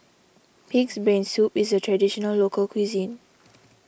Pig's Brain Soup is a Traditional Local Cuisine